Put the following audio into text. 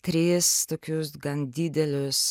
tris tokius gan didelius